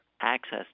access